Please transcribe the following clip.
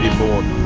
bored,